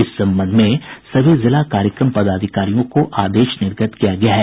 इस संबंध में सभी जिला कार्यक्रम पदाधिकारियों को आदेश निर्गत किया गया है